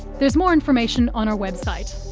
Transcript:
there's more information on our website.